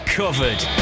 covered